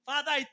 Father